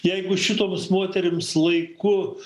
jeigu šitoms moterims laiku